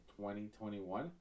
2021